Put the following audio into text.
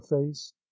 face